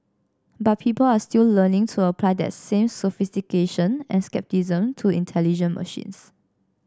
but people are still learning to apply that same sophistication and scepticism to intelligent machines